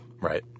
Right